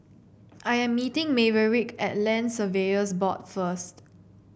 I am meeting Maverick at Land Surveyors Board first